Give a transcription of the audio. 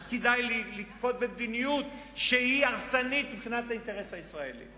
אז כדאי לנקוט מדיניות שהיא הרסנית מבחינת האינטרס הישראלי,